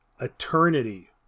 eternity